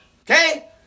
Okay